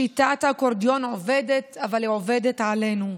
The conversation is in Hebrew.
שיטת האקורדיון עובדת, אבל היא עובדת עלינו.